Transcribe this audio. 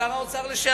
שר האוצר לשעבר.